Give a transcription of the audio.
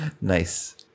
Nice